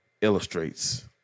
illustrates